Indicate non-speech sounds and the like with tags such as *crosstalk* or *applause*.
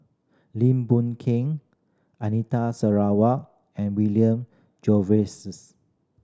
Lim Boon Keng Anita Sarawak and William *unintelligible*